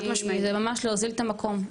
זה ממש להוזיל את המקום.